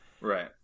Right